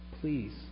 please